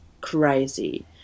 crazy